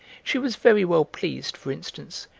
she was very well pleased, for instance,